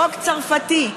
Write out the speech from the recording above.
חוק צרפתי,